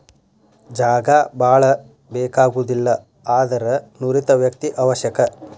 ಜಾಗಾ ಬಾಳ ಬೇಕಾಗುದಿಲ್ಲಾ ಆದರ ನುರಿತ ವ್ಯಕ್ತಿ ಅವಶ್ಯಕ